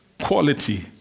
Quality